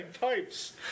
Pipes